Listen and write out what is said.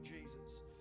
Jesus